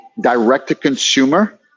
direct-to-consumer